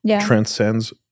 transcends